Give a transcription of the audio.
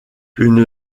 une